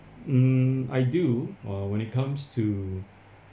mm I do or when it comes to